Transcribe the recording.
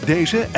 Deze